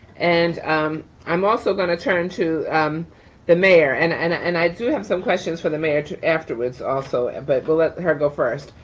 and i'm also gonna turn to the mayor and and and i do have some questions for the mayor afterwards also, ah but we'll let her go first.